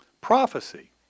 Prophecy